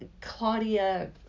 claudia